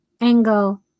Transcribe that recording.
angle